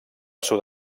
sud